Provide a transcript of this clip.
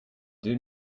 deux